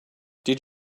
did